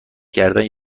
کردن